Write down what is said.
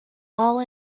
all